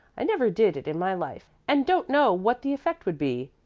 i never did it in my life, and don't know what the effect would be.